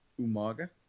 Umaga